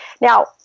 Now